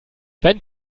wenn